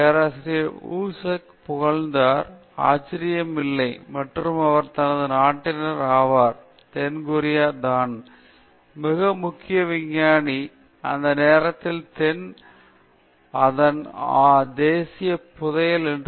பேராசிரியர் Woo Suk புகழ்ந்தார் ஆச்சரியம் இல்லை மற்றும் அவர் தனது நாட்டின் ஆனார் தென் கொரியா தான் மிக முக்கிய விஞ்ஞானி மற்றும் அந்த நேரத்தில் அதன் தேசிய புதையல் என்று